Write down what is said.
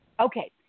Okay